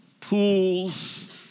pools